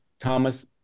Thomas